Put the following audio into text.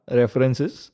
references